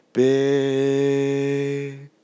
big